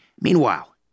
Meanwhile